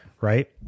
Right